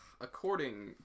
according